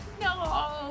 No